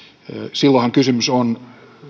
silloinhan kysymys on